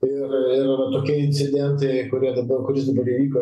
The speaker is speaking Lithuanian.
ir ir tokie incidentai kurie dabar kuris dabar įvyko